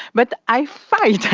but i fight. you're